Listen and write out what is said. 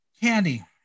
Candy